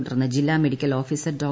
തുടർന്ന് ജില്ലാ medical officer ഡോ